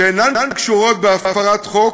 שאינן קשורות בהפרת חוק,